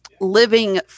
living